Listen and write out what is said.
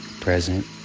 present